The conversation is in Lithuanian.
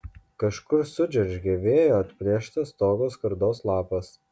kažkur sudžeržgė vėjo atplėštas stogo skardos lapas